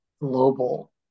global